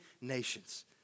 nations